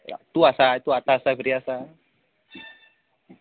तूं आसाय तूं आतां आसाय फ्री आसाय